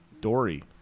Dory